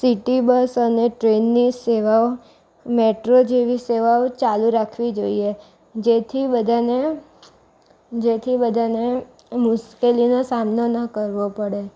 city bus અને ટ્રેનની સેવાઓ મેટ્રો જેવી સેવાઓ ચાલું રાખવી જોઈએ જેથી બધાને જેથી બધાને મુશ્કેલીનો સામનો ન કરવો પડે